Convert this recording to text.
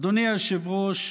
אדוני היושב-ראש,